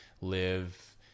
live